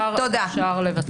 תודה.